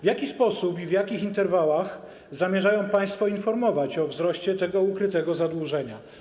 W jaki sposób i w jakich interwałach zamierzają państwo informować o wzroście tego ukrytego zadłużenia?